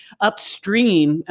upstream